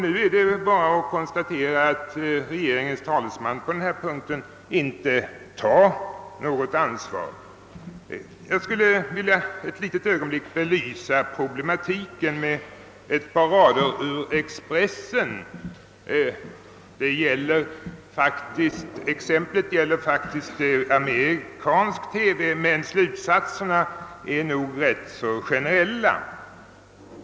Nu är det bara att konstatera att regeringens talesman på denna punkt inte har något ansvar. Jag vill för ett ögonblick belysa problematiken med ett par rader ur Expressen. Exemplet gäller amerikansk TV, men slutsatserna är nog rätt så generella.